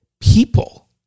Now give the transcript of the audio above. people